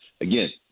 Again